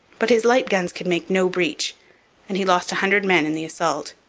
but his light guns could make no breach and he lost a hundred men in the assault.